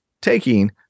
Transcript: taking